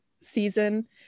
season